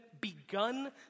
begun